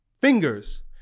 fingers